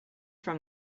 from